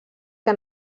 que